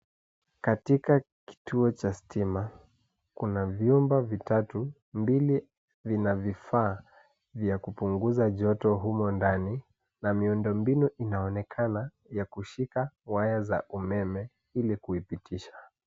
Katika kituo cha stima, kuna vyumba vitatu mbili vina vifaa vya kupunguza joto humo ndani na miundombinu inaonekana ya kushika waya za umeme ili kuipitisha.